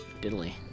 diddly